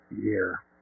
year